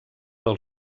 del